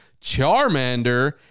Charmander